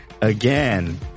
again